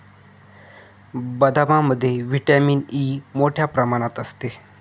बदामामध्ये vitamin E मोठ्ठ्या प्रमाणात असते